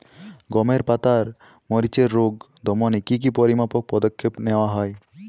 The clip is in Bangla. গমের পাতার মরিচের রোগ দমনে কি কি পরিমাপক পদক্ষেপ নেওয়া হয়?